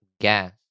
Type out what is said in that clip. gas